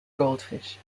goldfish